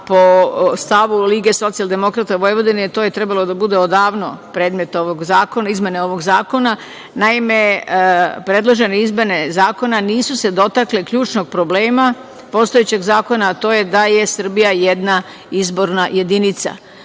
po stavu LSV to je trebalo da bude odavno predmet izmene ovog zakona. Naime, predložene izmene zakona nisu se dotakle ključnog problema postojećeg zakona, a to je da je Srbija jedna izborna jedinica.